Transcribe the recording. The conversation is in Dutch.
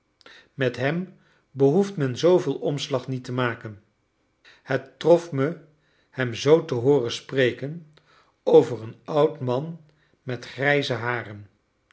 met hem behoeft men zooveel omslag niet te maken het trof me hem zoo te hooren spreken over een oud man met grijze haren